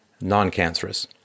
non-cancerous